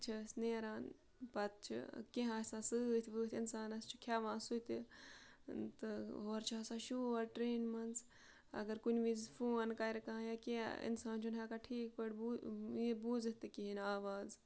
چھِ أسۍ نیران پَتہٕ چھِ کینٛہہ آسان سۭتۍ وٲتھۍ اِنسانَس چھُ کھٮ۪وان سُہ تہِ تہٕ ہورٕ چھِ آسان شور ٹرٛینہِ منٛز اگر کُنہِ وِز فون کَرِ کانٛہہ یا کینٛہہ اِنسان چھُنہٕ ہٮ۪کان ٹھیٖک پٲٹھۍ یہِ بوٗزِتھ تہِ کِہیٖنۍ آواز